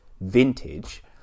vintage